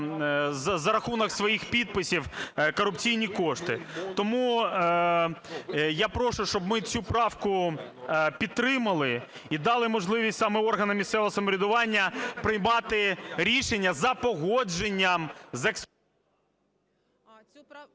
за рахунок своїх підписів корупційні кошти. Тому я прошу, щоб ми цю правку підтримали і дали можливість саме органам місцевого самоврядування приймати рішення за погодженням… ГОЛОВУЮЧИЙ.